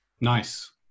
Nice